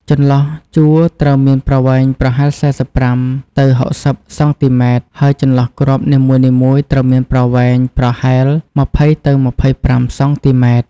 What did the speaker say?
ចន្លោះជួរត្រូវមានប្រវែងប្រហែល ៤៥ ទៅ ៦០ សង់ទីម៉ែត្រ ហើយចន្លោះគ្រាប់នីមួយៗត្រូវមានប្រវែងប្រហែល ២០ ទៅ ២៥ សង់ទីម៉ែត្រ។